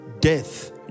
Death